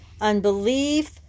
unbelief